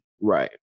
right